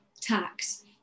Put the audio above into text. tax